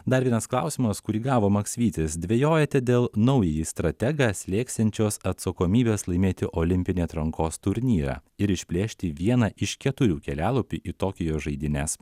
dar vienas klausimas kurį gavo maksvytis dvejojate dėl naująjį strategą slėksinčios atsakomybės laimėti olimpinį atrankos turnyrą ir išplėšti vieną iš keturių kelialapių į tokijo žaidynes